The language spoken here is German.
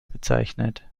bezeichnet